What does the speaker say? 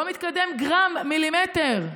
לא מתקדם גרם, מילימטר?